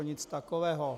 Nic takového.